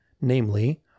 namely